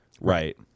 Right